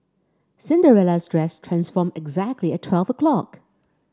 Cinderella's dress transformed exactly at twelve o'clock